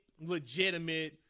Legitimate